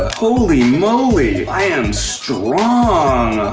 holy moly. i am strong.